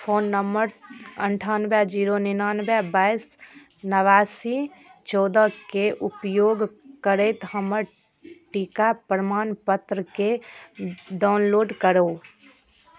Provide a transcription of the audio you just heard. phone number अनठानबे zero निनानबे बाइस नबासी चौदह के उपयोग करैत हमर टीका प्रमाणपत्रके डाउनलोड करु